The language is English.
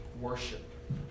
Worship